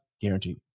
Guaranteed